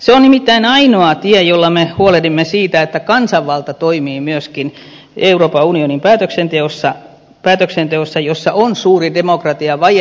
se on nimittäin ainoa tie jolla me huolehdimme siitä että kansanvalta toimii myöskin euroopan unionin päätöksenteossa jossa on suuri demokratiavaje